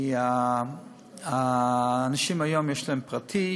כי לאנשים היום יש ביטוח פרטי,